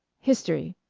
history,